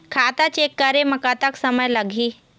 खाता चेक करे म कतक समय लगही?